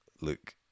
Look